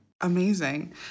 Amazing